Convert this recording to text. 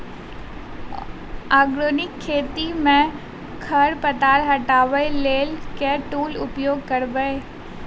Organic खेती मे खरपतवार हटाबै लेल केँ टूल उपयोग करबै?